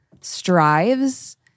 strives